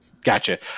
Gotcha